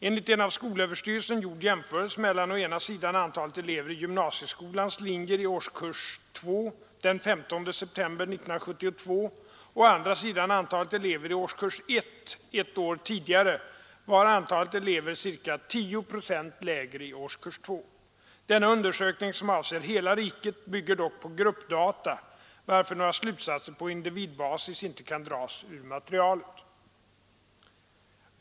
Enligt en av skolöverstyrelsen gjord jämförelse mellan å ena sidan antalet elever i gymnasieskolans linjer i årskurs 2 den 15 september 1972 och å andra sidan antalet elever i årskurs 1 ett år tidigare var antalet elever ca 10 procent lägre i årskurs 2. Denna undersökning, som avser hela riket, bygger dock på gruppdata, varför några slutsatser på individbasis inte kan dras ur materialet.